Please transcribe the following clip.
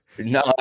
No